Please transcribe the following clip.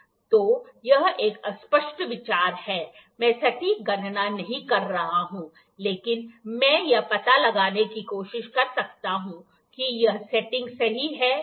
तो यह एक अस्पष्ट विचार है मैं सटीक गणना नहीं कर रहा हूं लेकिन मैं यह पता लगाने की कोशिश कर सकता हूं कि यह सेटिंग सही है या नहीं